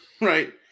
Right